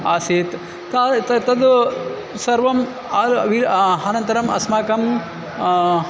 आसीत् तत् तत् सर्वम् अनन्तरम् अस्माकं